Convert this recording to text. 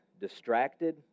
distracted